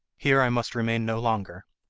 here i must remain no longer,